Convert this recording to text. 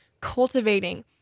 cultivating